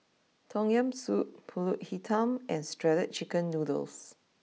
Tom Yam Soup Pulut Hitam and shredded Chicken Noodles